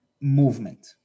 movement